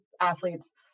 athletes